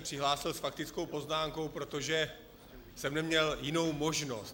Přihlásil jsem se s faktickou poznámkou, protože jsem neměl jinou možnost.